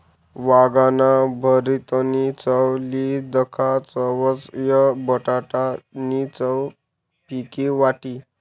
वांगाना भरीतनी चव ली दखा तवयं बटाटा नी चव फिकी वाटी